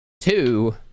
two